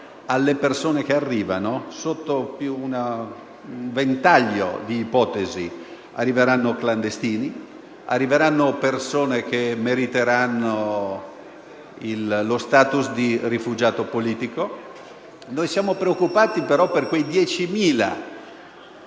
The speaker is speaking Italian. alle persone che arrivano sotto un ventaglio di ipotesi. Arriveranno clandestini, arriveranno persone che meriteranno lo *status* di rifugiato politico. Siamo preoccupati però per quei 10.000